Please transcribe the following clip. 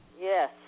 Yes